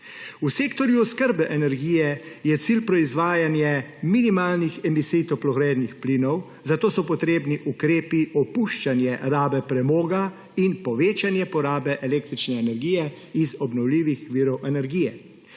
V sektorju oskrbe energije je cilj proizvajanje minimalnih emisij toplogrednih plinov, zato so potrebni ukrepi opuščanje rabe premoga in povečanje porabe električne energije iz obnovljivih virov energije.